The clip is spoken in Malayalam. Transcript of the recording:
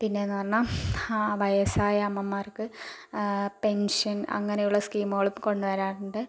പിന്നേന്ന് പറഞ്ഞ ആ വയസ്സായ അമ്മമാർക്ക് പെൻഷൻ അങ്ങനെയുള്ള സ്കീമുകൾ ഇപ്പൊൾ കൊണ്ട് വരാറ്ണ്ട്